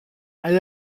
elle